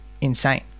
insane